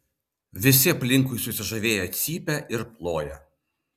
visi aplinkui susižavėję cypia ir ploja